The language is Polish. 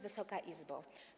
Wysoka Izbo!